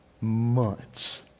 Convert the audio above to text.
months